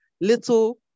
little